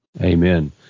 Amen